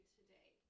today